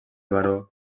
baró